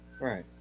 Right